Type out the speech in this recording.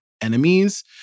enemies